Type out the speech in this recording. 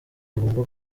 agomba